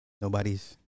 Nobody's